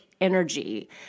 energy